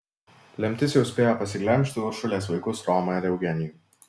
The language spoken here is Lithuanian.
lemtis jau spėjo pasiglemžti uršulės vaikus romą ir eugenijų